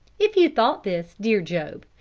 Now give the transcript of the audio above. if you thought this, dear job,